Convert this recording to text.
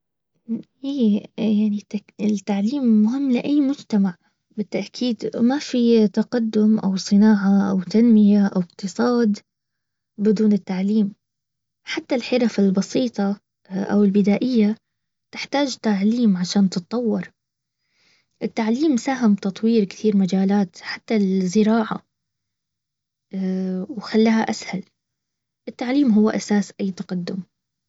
ايه عني ال - التعليم مهم لاي مجتمع بالتأكيد ما في تقدم او صناعة او تنمية او اقتصاد بدون التعليم حتى الحرف البسيطة او البدائية تحتاج تعليم عشان تتطور التعليم ساهم تطوير كتي مجالات حتي الزراعه وخلاعا اسهى التعليم هو اساس التقدم